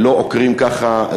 לא עוקרים ככה,